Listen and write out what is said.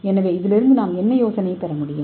எனவே இதிலிருந்து நாம் என்ன யோசனையை பெற முடியும்